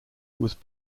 was